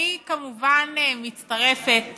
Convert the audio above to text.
אני כמובן מצטרפת